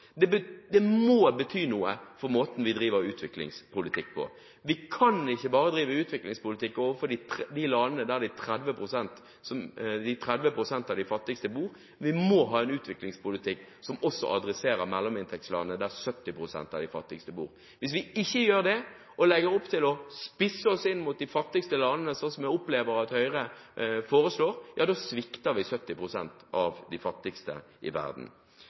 må bety noe for måten vi driver utviklingspolitikk på. Vi kan ikke bare drive utviklingspolitikk overfor de landene der 30 pst. av de fattigste bor – vi må ha en utviklingspolitikk som også adresserer mellominntektslandene, der 70 pst. av de fattigste bor. Hvis vi ikke gjør det, og i stedet spisser oss inn mot de fattigste landene, slik jeg opplever at Høyre foreslår, ja, da svikter vi 70 pst. av de fattigste i verden.